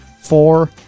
Four